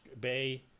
Bay